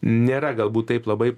nėra galbūt taip labai